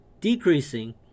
decreasing